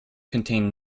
contain